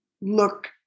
look